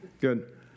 good